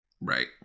right